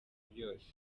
byose